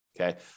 Okay